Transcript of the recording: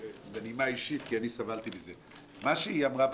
בנימה אישית, כי סבלתי מזה, מה שהיא אמרה בסוף,